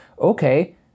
okay